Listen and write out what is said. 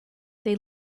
they